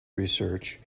research